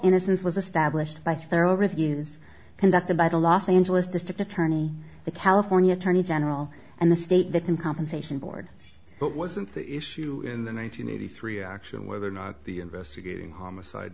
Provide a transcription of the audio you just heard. innocence was a stablished by thorough reviews conducted by the los angeles district attorney the california attorney general and the state victim compensation board but wasn't the issue in the one nine hundred eighty three action whether or not the investigating homicide